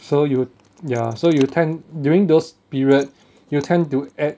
so you ya so you tend during those period you tend to act